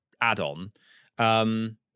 add-on